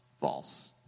False